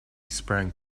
sprang